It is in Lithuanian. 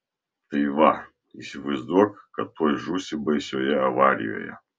tai va įsivaizduok kad tuoj žūsi baisioje avarijoje